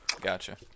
Gotcha